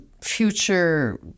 future